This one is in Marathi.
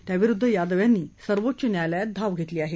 त्याविरुद्ध यादव यांनी सर्वोच्च न्यायालयात धाव घेतली आहे